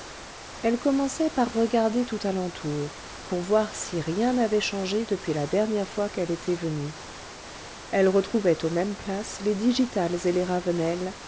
elle commençait par regarder tout alentour pour voir si rien n'avait changé depuis la dernière fois qu'elle était venue elle retrouvait aux mêmes places les digitales et les ravenelles